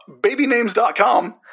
Babynames.com